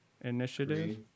initiative